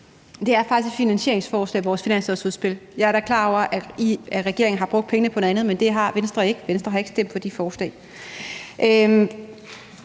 Det er faktisk et finansieringsforslag, altså vores finanslovsudspil. Jeg er da klar over, at regeringen har brugt pengene på noget andet, men det har Venstre ikke. Venstre har ikke stemt for de forslag.